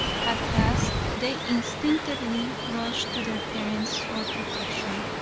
had passed, they instinctively rushed to their parents for protection.